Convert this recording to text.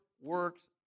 works